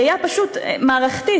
ראייה פשוט מערכתית,